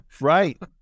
Right